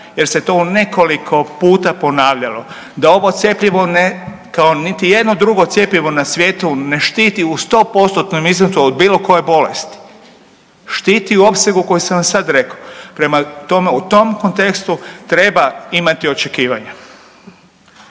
jer se to u nekoliko puta ponavljalo da ovo cjepivo ne kao niti jedno drugo cjepivo na svijetu ne štiti u 100%-tnom iznosu od bilo koje bolesti, štiti u opsegu koji sam vam sad rekao. Prema tome, u tom kontekstu treba imati očekivanja.